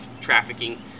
trafficking